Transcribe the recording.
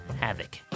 havoc